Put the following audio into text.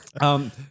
Um-